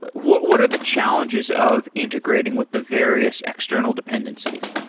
but what what are the challenges of integrating with the various external dependencies?